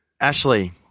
Ashley